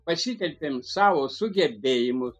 pasitelkėm savo sugebėjimus